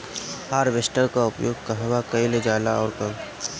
Harvester का उपयोग कहवा कइल जाला और कब?